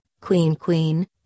queen-queen